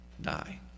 die